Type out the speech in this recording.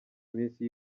iminsi